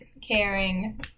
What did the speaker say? caring